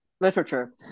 literature